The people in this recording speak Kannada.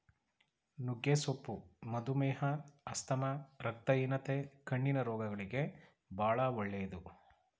ನುಗ್ಗೆ ಸೊಪ್ಪು ಮಧುಮೇಹ, ಆಸ್ತಮಾ, ರಕ್ತಹೀನತೆ, ಕಣ್ಣಿನ ರೋಗಗಳಿಗೆ ಬಾಳ ಒಳ್ಳೆದು